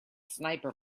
sniper